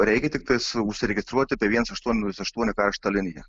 reikia tiktais su užsiregistruoti tai viens aštuoni nulis aštuoni karštą liniją